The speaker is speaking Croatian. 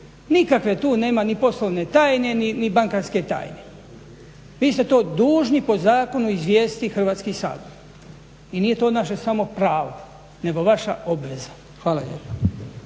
Nikakve tu nema ni poslovne tajne ni bankarske tajne. Vi ste to dužni po zakonu izvijestiti Hrvatski sabor i nije to naše samo pravo nego vaša obveza. Hvala lijepa.